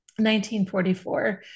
1944